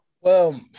Well-